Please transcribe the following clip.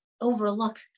overlook